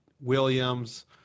Williams